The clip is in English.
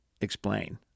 explain